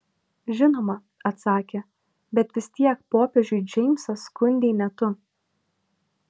žinoma atsakė bet vis tiek popiežiui džeimsą skundei ne tu